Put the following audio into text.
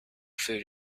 food